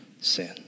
sin